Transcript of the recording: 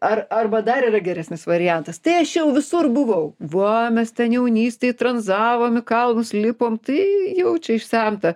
ar arba dar yra geresnis variantas tai aš jau visur buvau va mes ten jaunystėj tranzavom į kaulus lipom tai jau čia išsemta